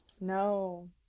No